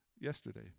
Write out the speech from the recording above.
yesterday